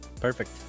perfect